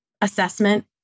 assessment